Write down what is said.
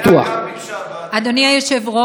אדוני היושב-ראש, גברתי השרה,